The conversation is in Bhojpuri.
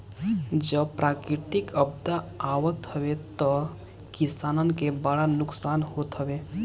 जब प्राकृतिक आपदा आवत हवे तअ किसानन के बड़ा नुकसान होत हवे